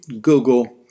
Google